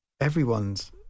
everyone's